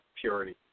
purity